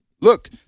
Look